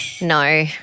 No